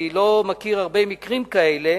אני לא מכיר הרבה מקרים כאלה,